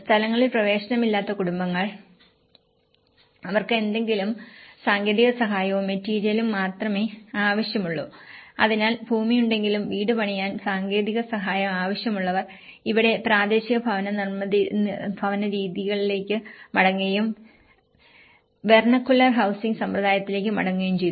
സ്ഥലങ്ങളിൽ പ്രവേശനമില്ലാത്ത കുടുംബങ്ങൾ അവർക്ക് എന്തെങ്കിലും സാങ്കേതിക സഹായവും മെറ്റീരിയലും മാത്രമേ ആവശ്യമുള്ളൂ അതിനാൽ ഭൂമിയുണ്ടെങ്കിലും വീട് പണിയാൻ സാങ്കേതിക സഹായം ആവശ്യമുള്ളവർ ഇവിടെ പ്രാദേശിക ഭവന രീതികളിലേക്ക് മടങ്ങുകയും വെർനകുലാർ ഹൌസിങ് സമ്പ്രദായത്തിലേക്ക് മടങ്ങുകയും ചെയ്തു